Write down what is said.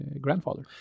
grandfather